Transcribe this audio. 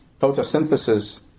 photosynthesis